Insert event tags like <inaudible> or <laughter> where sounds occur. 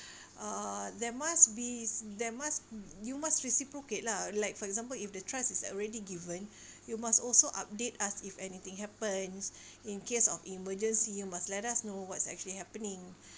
<breath> uh there must be there must you must reciprocate lah like for example if the trust is already given <breath> you must also update us if anything happens in case of emergency you must let us know what's actually happening